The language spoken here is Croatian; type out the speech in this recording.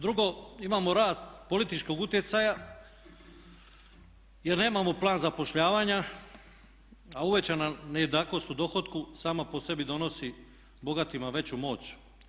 Drugo, imamo rast političkog utjecaja jer nemamo plan zapošljavanja a uvećana nejednakost u dohotku sama po sebi donosi bogatima veću moć.